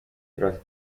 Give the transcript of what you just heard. tras